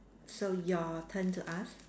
so your turn to ask